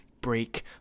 Break